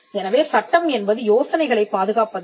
எனவே சட்டம் என்பது யோசனைகளைப் பாதுகாப்பதில்லை